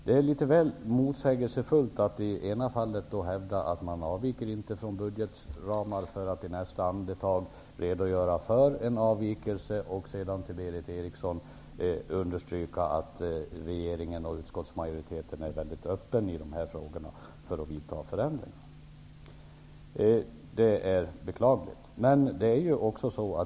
Det är litet väl motsägelsefullt att i det ena fallet hävda att man inte avviker från budgetramarna för att i nästa andetag redogöra för en avvikelse, och sedan till Berith Eriksson understryka att regeringen och utskottsmajoriteten är mycket öppen för att vidta förändringar i dessa frågor. Detta är beklagligt.